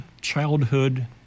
childhood